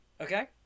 Okay